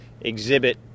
exhibit